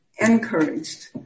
encouraged